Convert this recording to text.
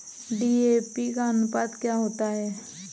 DAP का अनुपात क्या होता है?